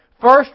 First